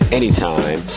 anytime